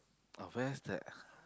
oh where's that